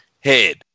head